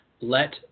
Let